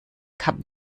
kap